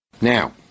Now